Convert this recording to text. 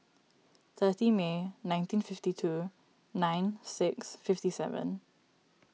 thirty May nineteen fifty two nine six fifty seven